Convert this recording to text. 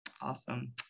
Awesome